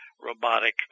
robotic